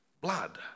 blood